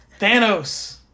Thanos